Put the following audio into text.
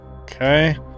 Okay